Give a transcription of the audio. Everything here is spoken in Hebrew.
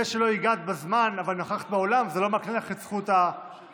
זה שלא הגעת בזמן אבל נכחת באולם לא מקנה לך את זכות ההצבעה.